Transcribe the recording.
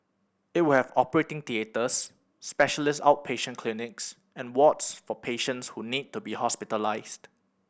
it will have operating theatres specialist outpatient clinics and wards for patients who need to be hospitalised